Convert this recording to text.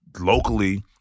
Locally